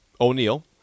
O'Neill